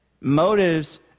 Motives